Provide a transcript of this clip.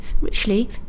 richly